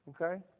okay